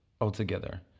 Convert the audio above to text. altogether